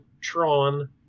Tron